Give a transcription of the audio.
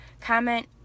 comment